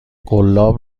قلاب